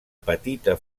petita